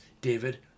David